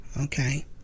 Okay